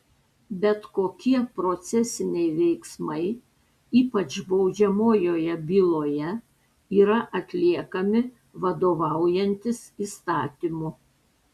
bet kokie procesiniai veiksmai ypač baudžiamojoje byloje yra atliekami vadovaujantis įstatymu